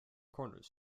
corners